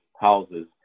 houses